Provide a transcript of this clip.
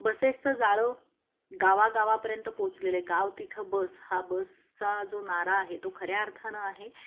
बसेसचं जाळं गावागावापर्यंत पोचलेले गाव तिथं बस हा बसचा जो नारा आहे तो खऱ्या अर्थानं आहे